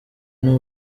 n’u